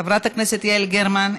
חברת הכנסת יעל גרמן,